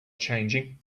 changing